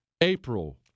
April